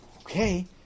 Okay